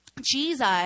Jesus